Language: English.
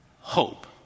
hope